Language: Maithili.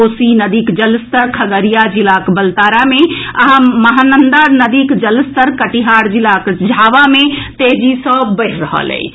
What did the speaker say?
कोसी नदीक जलस्तर खगड़िया जिलाक बलतारा मे आ महानंदा नदीक जलस्तर कटिहार जिलाक झावा मे तेजी सॅ बढ़ि रहल अछि